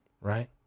right